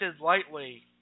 lightly